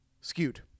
skewed